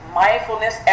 mindfulness